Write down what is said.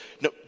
no